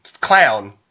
clown